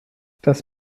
das